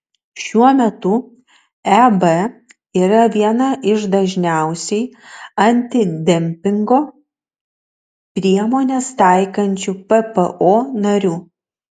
šiuo metu eb yra viena iš dažniausiai antidempingo priemones taikančių ppo narių